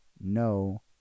no